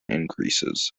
increases